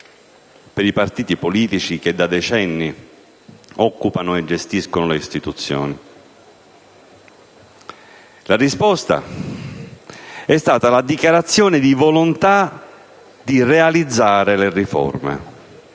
per i partiti politici che da decenni occupano e gestiscono le istituzioni. La risposta è stata la dichiarazione di volontà di realizzare le riforme.